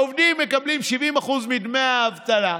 העובדים מקבלים 70% מדמי האבטלה,